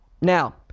Now